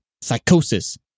psychosis